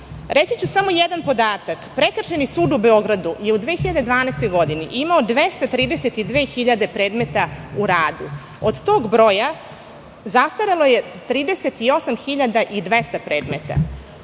reći ću samo jedan podatak. Prekršajni sud u Beogradu je u 2012. godini imao 232.000 predmeta u radu. Od tog broja zastarelo je 38.200 predmeta.